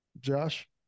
josh